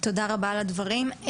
תודה רבה על הדברים.